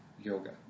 yoga